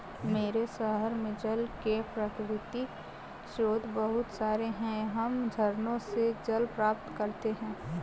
मेरे शहर में जल के प्राकृतिक स्रोत बहुत सारे हैं हम झरनों से जल प्राप्त करते हैं